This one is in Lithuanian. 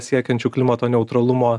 siekiančių klimato neutralumo